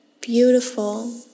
beautiful